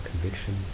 conviction